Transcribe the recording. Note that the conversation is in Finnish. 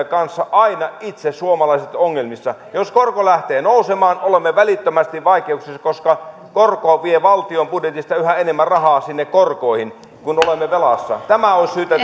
kanssa aina itse suomalaiset ongelmissa jos korko lähtee nousemaan olemme välittömästi vaikeuksissa koska korko vie valtion budjetista yhä enemmän rahaa sinne korkoihin kun olemme velassa tämä olisi syytä